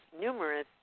numerous